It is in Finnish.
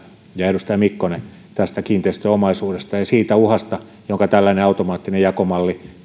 ja edustaja mikkonen jo aikaisemminkin puhuivat tästä kiinteistöomaisuudesta ja siitä uhasta jonka tällainen automaattinen jakomalli